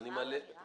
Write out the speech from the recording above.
אפשר עוד מילה אחת?